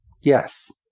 yes